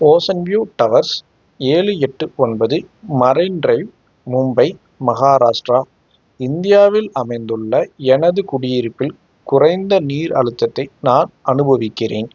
ocean View Towers ஏழு எட்டு ஒன்பது மரைன் ட்ரைவ் மும்பை மஹாராஷ்டிரா இந்தியாவில் அமைந்துள்ள எனது குடியிருப்பில் குறைந்த நீர் அழுத்தத்தை நான் அனுபவிக்கிறேன்